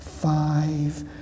five